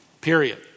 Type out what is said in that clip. period